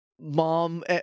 mom